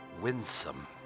winsome